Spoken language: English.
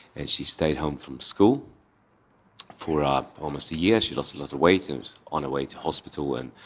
and she stayed home from school for ah almost a year. she lost a lot of weight, and was on her way to hospital and.